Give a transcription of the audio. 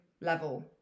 level